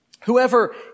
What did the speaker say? Whoever